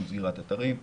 גם סגירת אתרים,